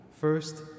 First